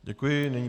Děkuji.